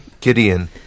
Gideon